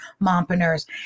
mompreneurs